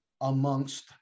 amongst